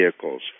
vehicles